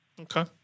Okay